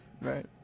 Right